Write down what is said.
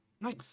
Nice